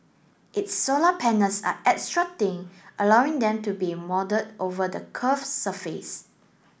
its solar panels are extra thin allowing them to be moulded over the curved surfaces